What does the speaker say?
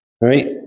right